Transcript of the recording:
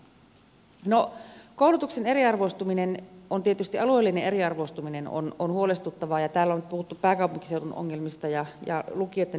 no koulutuksen eriarvoistuminen alueellinen eriarvoistuminen on tietysti huolestuttavaa ja täällä on nyt puhuttu pääkaupunkiseudun ongelmista ja lukioitten eriarvoistumisesta